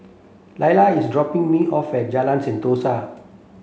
Illya is dropping me off at Jalan Sentosa